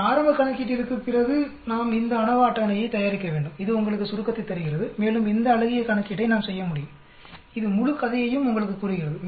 இந்த ஆரம்ப கணக்கீட்டிற்குப் பிறகு நாம் இந்த அநோவா அட்டவணையைத் தயாரிக்க வேண்டும் இது உங்களுக்கு சுருக்கத்தை தருகிறது மேலும் இந்த அழகிய கணக்கீட்டை நாம் செய்ய முடியும் இது முழு கதையையும் உங்களுக்குக் கூறுகிறது